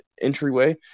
entryway